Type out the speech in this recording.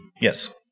Yes